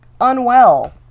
unwell